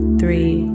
three